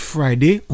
Friday